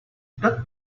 that